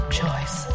choice